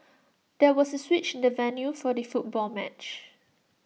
there was A switch in the venue for the football match